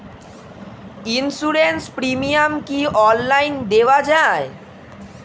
Insurance premium কি online দেওয়া যায়?